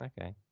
Okay